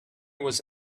was